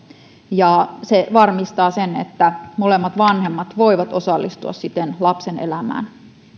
ja se varmistaa sen että molemmat vanhemmat voivat osallistua siten lapsen elämään